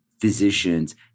physicians